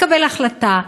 לקבל החלטה,